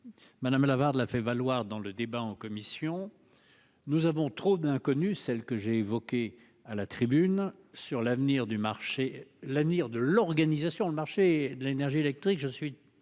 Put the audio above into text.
Madame Lavarde la fait valoir dans le débat en commission. Nous avons trop d'inconnues, celle que j'ai évoqué à la tribune sur l'avenir du marché. L'avenir de l'organisation. Le marché de l'énergie électrique.